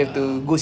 ya